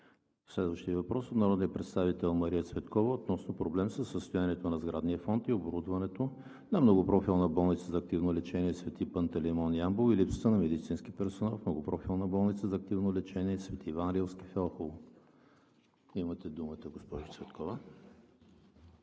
Следващият въпрос е от народния представител Мария Цветкова относно проблем със състоянието на сградния фонд и оборудването на Многопрофилната болница за активно лечение „Св. Пантелеймон“ – Ямбол, и липсата на медицински персонал в Многопрофилната болница за активно лечение „Св. Иван Рилски“ в Елхово. Имате думата, госпожо Цветкова.